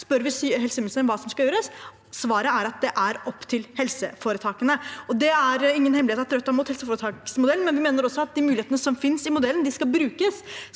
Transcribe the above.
Spør vi helseministeren hva som skal gjøres, er svaret at det er opp til helseforetakene. Det er ingen hemmelighet at Rødt er imot helseforetaksmodellen, men vi mener også at de mulighetene som finnes i modellen, skal brukes